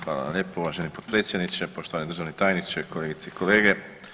Hvala vam lijepo uvaženi potpredsjedniče, poštovani državni tajniče, kolegice i kolege.